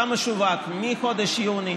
כמה שווק מחודש יוני,